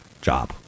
job